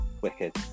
Wicked